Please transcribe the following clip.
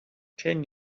ten